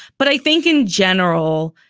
but i think in general,